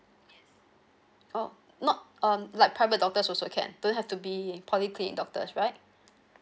oh um like private doctors also can don't have to be in polyclinic doctors right